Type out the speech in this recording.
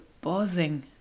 buzzing